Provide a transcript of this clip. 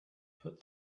put